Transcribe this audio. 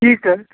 ठीक है